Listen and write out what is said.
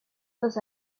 los